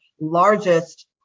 largest